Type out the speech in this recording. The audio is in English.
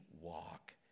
walk